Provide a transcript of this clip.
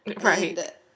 right